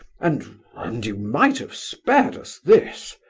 and and you might have spared us this.